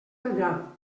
allà